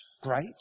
great